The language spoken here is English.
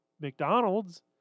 McDonald's